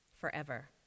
forever